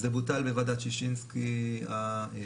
זה בוטל בוועדת שישינסקי השנייה.